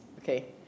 okay